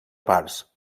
parts